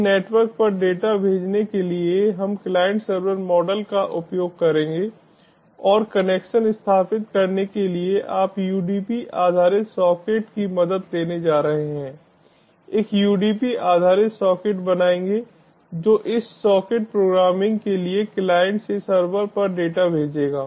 अब नेटवर्क पर डेटा भेजने के लिए हम क्लाइंट सर्वर मॉडल का उपयोग करेंगे और कनेक्शन स्थापित करने के लिए आप UDP आधारित सॉकेट की मदद लेने जा रहे हैं एक UDP आधारित सॉकेट बनाएंगे जो इस सॉकेट प्रोग्रामिंग के लिए क्लाइंट से सर्वर पर डेटा भेजेगा